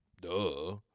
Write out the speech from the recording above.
duh